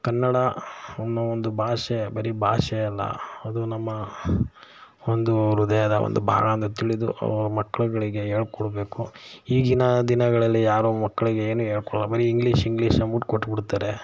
ಕನ್ನಡ ವನ್ನು ಒಂದು ಭಾಷೆ ಬರೀ ಭಾಷೆ ಅಲ್ಲ ಅದು ನಮ್ಮ ಒಂದು ಹೃದಯದ ಒಂದು ಭಾಗ ಅಂತ ತಿಳಿದು ಮಕ್ಕಳುಗಳಿಗೆ ಹೇಳ್ಕೊಡಬೇಕು ಈಗಿನ ದಿನಗಳಲ್ಲಿ ಯಾರು ಮಕ್ಕಳಿಗೆ ಏನು ಹೇಳ್ಕೊಡೋಲ್ಲ ಬರೀ ಇಂಗ್ಲೀಷ್ ಇಂಗ್ಲೀಷ್ ಅಂದ್ಬಿಟ್ಟು ಕೊಟ್ಬಿಡ್ತಾರೆ